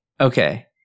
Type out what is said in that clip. okay